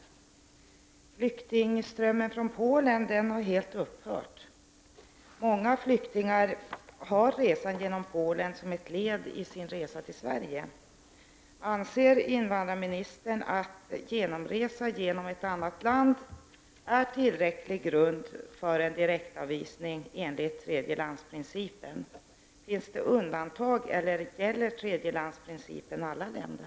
Flyktingströmmen från Polen har helt upphört. Men många flyktingar har resan genom Polen som ett led i sin resa till Sverige. Anser invandrarministern att resa genom ett annat land är tillräcklig grund för en direktavvisning enligt principen om tredje land? Finns det undantag eller gäller principen om tredje land alla länder?